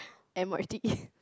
M_R_T